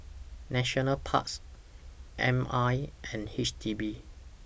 National Parks M I and H D B